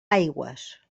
aigües